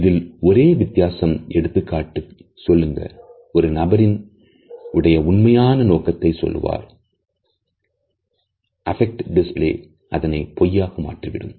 இதிலுள்ள ஒரே வித்யாசம் எடுத்துக்காட்டு சொல்லுங்க ஒரு நபரின் உடைய உண்மையான நோக்கத்தை சொல்லுவார் ஆனால்அபெக் ட் டிஸ்ப்ளே அதனை பொய்யாக மாற்றிவிடும்